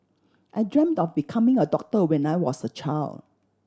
I dreamt of becoming a doctor when I was a child